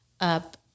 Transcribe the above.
up